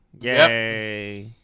Yay